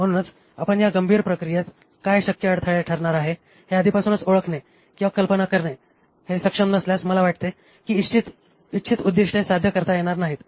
म्हणूनच आपण या गंभीर प्रक्रियेत काय शक्य अडथळे ठरणार आहे हे आधीपासूनच ओळखणे किंवा कल्पना करणे सक्षम नसल्यास मला वाटते की इच्छित उद्दीष्टे साध्य करता येणार नाहीत